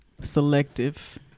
selective